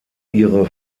ihre